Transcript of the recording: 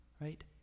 right